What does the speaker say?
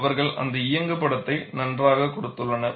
அவர்கள் இந்த இயங்குப்படத்தை நன்றாக கொடுத்துள்ளனர்